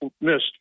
missed